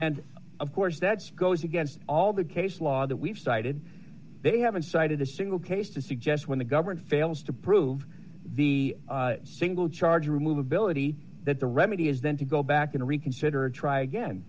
and of course that's goes against all the case law that we've cited they haven't cited a single case to suggest when the government fails to prove the single charge or remove ability that the remedy is then to go back and reconsider and try again